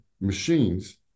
machines